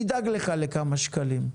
נדאג לך לכמה שקלים,